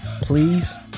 Please